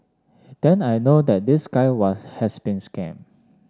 then I know that this guy was has been scammed